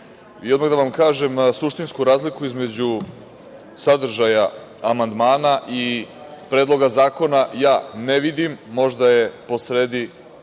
i odmah da vam kažem suštinsku razliku između sadržaja amandmana i Predloga zakona ja ne vidim. Možda je po sredi